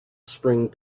spring